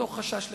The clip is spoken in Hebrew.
מתוך חשש לחייהם.